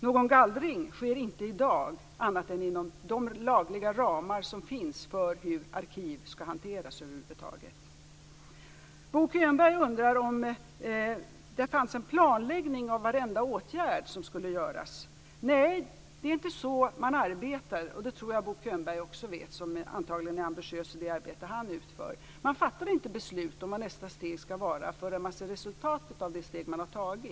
Någon gallring sker inte i dag annat än inom de lagliga ramar som finns för hur arkiv skall hanteras över huvud taget. Bo Könberg undrar om det fanns en planläggning av varenda åtgärd som skulle göras. Nej, det är inte så man arbetar. Det tror jag att Bo Könberg också vet, som antagligen är ambitiös i det arbete han utför. Man fattar inte beslut om vad nästa steg skall vara förrän man ser resultatet av det steg man har tagit.